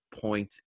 point